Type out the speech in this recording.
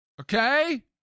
Okay